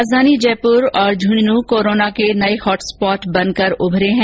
राजधानी जयपुर और झुंझुनूं कोरोना के नये हॉट स्पॉट बनकर उभरे हैं